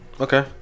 Okay